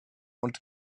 und